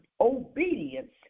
obedience